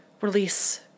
release